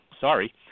sorry